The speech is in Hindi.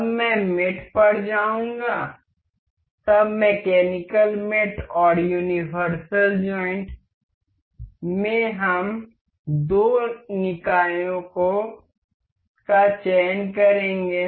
अब मैं मेट पर जाऊंगा तब मैकेनिकल मेट और यूनिवर्सल ज्वाइंट में हम दो निकायों का चयन करेंगे